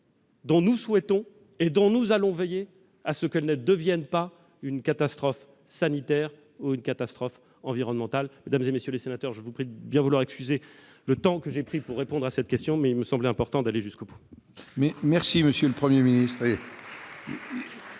dont nous souhaitons- nous allons y veiller -qu'elle ne devienne pas une catastrophe sanitaire ou une catastrophe environnementale. Mesdames, messieurs les sénateurs, je vous prie de bien vouloir m'excuser pour le temps que j'ai pris pour répondre à cette question, mais il me semblait important d'aller jusqu'au bout. La parole est à Mme